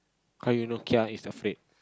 how you know kia is afraid